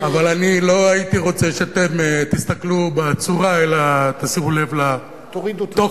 אבל אני לא הייתי רוצה שאתם תסתכלו בצורה אלא תשימו לב לתוכן